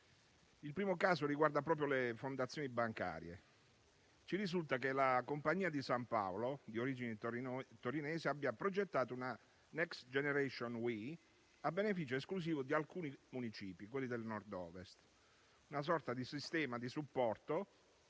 Il primo caso riguarda proprio le fondazioni bancarie. Ci risulta che la Compagnia di San Paolo, di origine torinese, abbia progettato una Next generation We a beneficio esclusivo di alcuni municipi, quelli del Nord-Ovest: una sorta di sistema di supporto